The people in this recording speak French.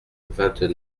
vingt